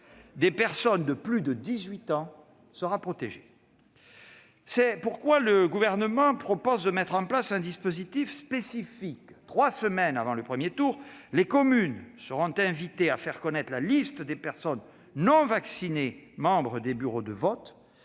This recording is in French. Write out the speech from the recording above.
été protégée, et nous espérons faire mieux ! C'est pourquoi le Gouvernement propose de mettre en place un dispositif spécifique : trois semaines avant le premier tour, les communes seront invitées à faire connaître la liste des personnes non vaccinées, membres des bureaux de vote,